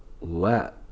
let